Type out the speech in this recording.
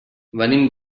venim